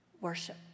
worship